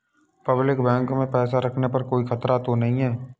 Public bank में पैसा रखने पर कोई खतरा तो नहीं है?